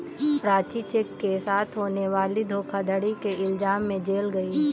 Prachi cheque के साथ होने वाली धोखाधड़ी के इल्जाम में जेल गई